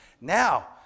Now